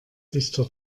dichter